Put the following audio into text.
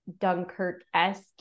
Dunkirk-esque